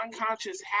unconscious